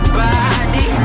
body